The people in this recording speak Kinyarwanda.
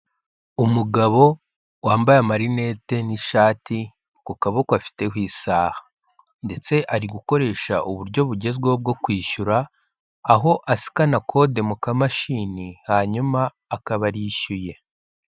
Umugabo wambaye amarinete n'ishati ku kaboko afiteho isaha ndetse ari gukoresha uburyo bugezweho bwo kwishyura, aho asikana kode mu kamashini hanyuma akaba arishyuye.